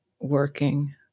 working